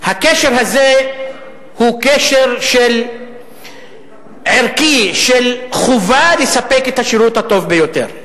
הקשר הזה הוא קשר ערכי של חובה לספק את השירות הטוב ביותר.